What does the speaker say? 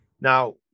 Now